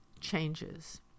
changes